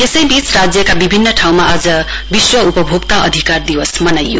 यसैबिच राज्यको विभिन्न ठाँउमा आज विश्व उपभोक्ता अधिकार दिवस मनाइयो